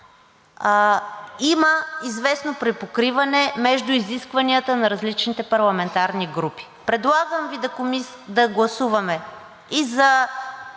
има известно припокриване между изискванията на различните парламентарни групи. Предлагам Ви да гласуваме и за